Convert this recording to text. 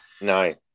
Nice